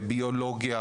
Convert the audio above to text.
ביולוגיה,